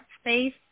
space